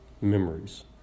memories